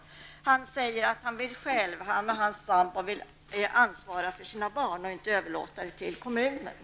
Kjell-Åke Stolt säger att han och hans sambo själva vill ta ansvar för sina barn och inte överlåta det till kommunen.